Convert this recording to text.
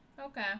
okay